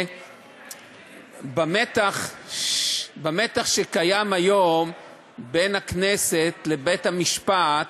במתח שקיים כיום בין הכנסת לבית-המשפט,